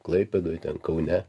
klaipėdoj ten kaune